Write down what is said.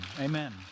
Amen